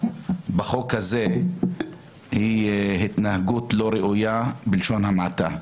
בחוק הזה, היא התנהגות לא ראויה בלשון המעטה.